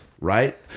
right